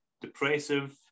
depressive